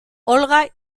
olga